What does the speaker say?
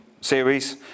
series